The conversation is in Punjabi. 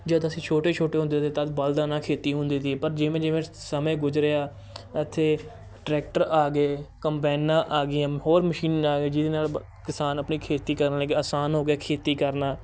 ਜਦੋਂ ਅਸੀਂ ਛੋਟੇ ਛੋਟੇ ਹੁੰਦੇ ਤੇ ਤਦ ਬਲਦਾਂ ਨਾਲ ਖੇਤੀ ਹੁੰਦੀ ਤੀ ਪਰ ਜਿਵੇਂ ਜਿਵੇਂ ਸਮੇਂ ਗੁਜਰਿਆ ਇੱਥੇ ਟਰੈਕਟਰ ਆ ਗਏ ਕੰਬਾਈਨਾਂ ਆ ਗਈਆਂ ਹੋਰ ਮਸ਼ੀਨਾਂ ਆ ਜਿਹਦੇ ਨਾਲ ਕਿਸਾਨ ਆਪਣੀ ਖੇਤੀ ਕਰਨ ਲੱਗਾ ਆਸਾਨ ਹੋ ਗਿਆ ਖੇਤੀ ਕਰਨਾ